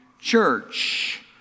church